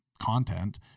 content